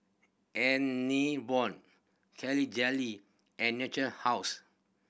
Enervon Jelly and Natura House